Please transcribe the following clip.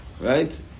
Right